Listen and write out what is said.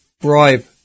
bribe